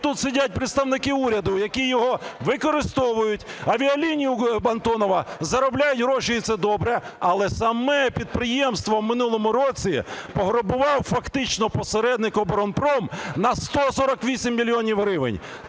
тут сидять представники уряду, які його використовують, "Авіалінії Антонова" заробляють гроші і все добре. Але саме підприємство в минулому році пограбував фактично посередник оборонпром на 148 мільйонів гривень!